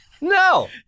No